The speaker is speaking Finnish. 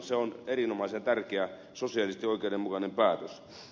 se on erinomaisen tärkeä sosiaalisesti oikeudenmukainen päätös